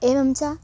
एवं च